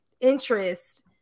interest